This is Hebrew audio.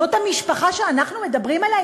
זאת המשפחה שאנחנו מדברים עליה,